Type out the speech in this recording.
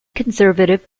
conservative